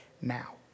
now